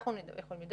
אנחנו יכולים לדבר,